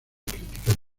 crítica